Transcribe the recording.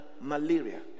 malaria